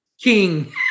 king